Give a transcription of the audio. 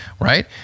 right